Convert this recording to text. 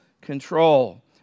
control